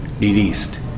released